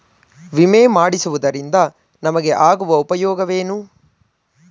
ವಿಮೆ ಮಾಡಿಸುವುದರಿಂದ ನಮಗೆ ಆಗುವ ಉಪಯೋಗವೇನು?